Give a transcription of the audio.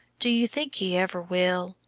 do you think he ever will?